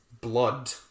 blood